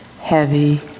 heavy